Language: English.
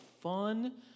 fun